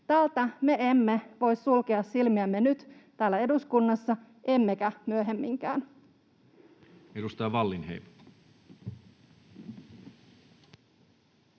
Tältä me emme voi sulkea silmiämme täällä eduskunnassa nyt, emmekä myöhemminkään.